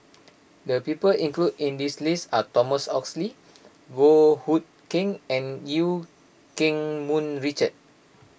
the people included in this list are Thomas Oxley Goh Hood Keng and Eu Keng Mun Richard